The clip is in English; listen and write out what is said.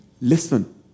listen